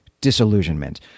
disillusionment